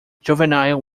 juvenile